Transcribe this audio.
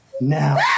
Now